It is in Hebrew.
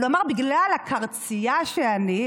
הוא אמר שבגלל הקרצייה שאני,